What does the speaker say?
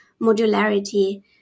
modularity